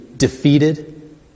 defeated